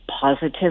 positive